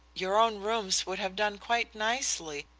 your own rooms would have done quite nicely,